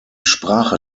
sprache